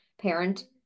parent